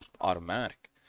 automatic